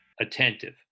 Attentive